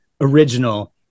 original